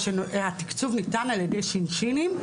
התקצוב ניתן על ידי שינשינים,